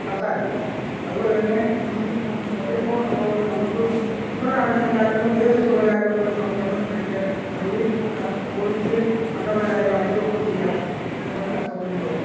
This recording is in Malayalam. കട്ട് ആക്കി അതുപോലെ തന്നെ ഈ മൊബൈൽ ഫോൺ ഉള്ളതുകൊണ്ട് നമുക്ക് ഇവിടെ നടക്കുന്ന കാര്യങ്ങൾ വിദേശത്തുള്ള കാര്യങ്ങൾ പോലും നമുക്ക് പെട്ടെന്ന് വിളിച്ച് അറിയുവേം ചോദിക്കുകയും മക്കളുടെ കാര്യങ്ങൾ അറിയുവേം ഒക്കെ ചെയ്യാം അങ്ങനെ പല സൗകര്യങ്ങളും ഉണ്ട്